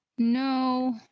no